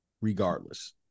regardless